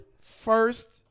First